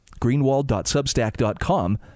greenwald.substack.com